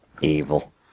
Evil